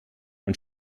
und